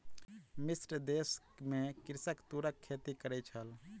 मिस्र देश में कृषक तूरक खेती करै छल